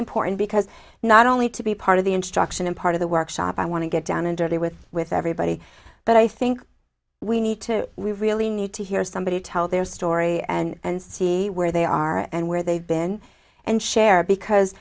important because not only to be part of the instruction and part of the workshop i want to get down and dirty with with everybody but i think we need to we really need to hear somebody tell their story and see where they are and where they've been and share because